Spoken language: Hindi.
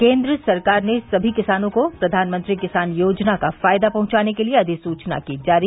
केन्द्र सरकार ने सभी किसानों को प्रधानमंत्री किसान योजना का फायदा पहुंचाने के लिए अधिसूचना की जारी